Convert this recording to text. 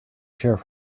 sheriff